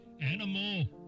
Animal